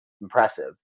impressive